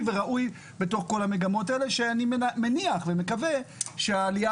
וראוי בתוך כל המגמות האלה שאני מניח ומקווה שהעלייה